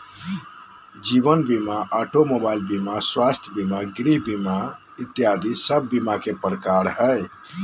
जीवन बीमा, automobile बीमा, स्वास्थ्य बीमा, गृह बीमा इत्यादि सब बीमा के प्रकार हय